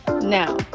Now